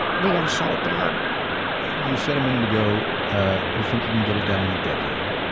they've got to shut it down you said a minute ago ah you think you can get it done in a decade.